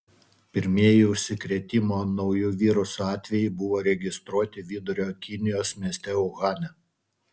pirmieji užsikrėtimo nauju virusu atvejai buvo registruoti vidurio kinijos mieste uhane